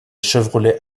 chevrolet